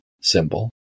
symbol